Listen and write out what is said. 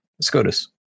SCOTUS